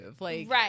Right